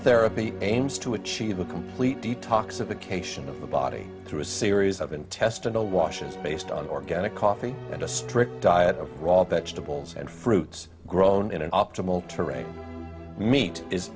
therapy aims to achieve a complete detoxification of the body through a series of intestinal washes based on organic coffee and a strict diet of raw vegetables and fruits grown in an optimal terrain meat is